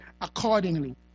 accordingly